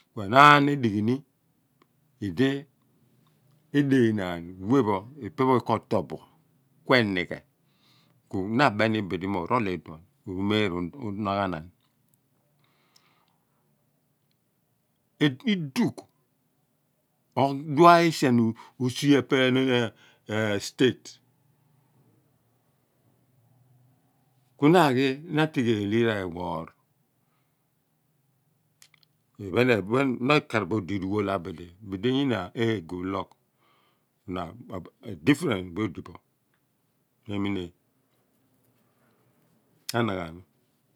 Ku enaan edighimi idi eneanaan weh pho ipe koor tool boogh kuemighe kuna a beni bidi moor oral iduon wmeera unagh naan iduugh odua isien oseah epe onan a state kuna aghi natighadi re woor iphen na kaar bour odi ruwool abidi nyna eeghu unloogh now a different phe odibo meminean.